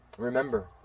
Remember